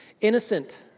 innocent